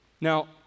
Now